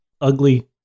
Ugly